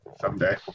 someday